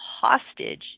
hostage